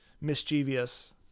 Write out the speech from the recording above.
mischievous